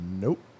Nope